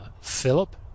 Philip